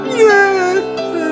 yes